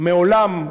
מעולם,